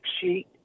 sheet